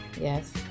Yes